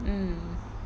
mm